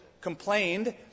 complained